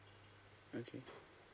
okay